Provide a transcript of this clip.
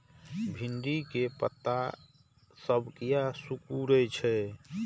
भिंडी के पत्ता सब किया सुकूरे छे?